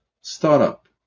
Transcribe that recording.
startup